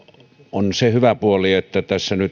se hyvä puoli että tässä nyt